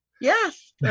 Yes